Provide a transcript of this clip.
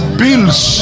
bills